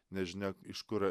nežinia iš kur